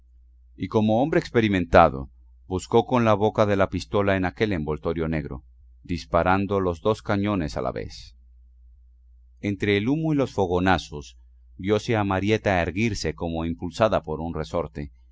y como hombre experimentado buscó con la boca de la pistola en aquel envoltorio negro disparando los dos cañones a la vez entre el humo y los fogonazos viose a marieta erguirse como impulsada por un resorte